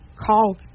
Call